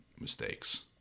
mistakes